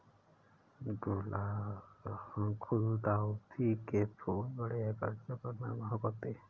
गुलदाउदी के फूल बड़े आकर्षक और मनमोहक होते हैं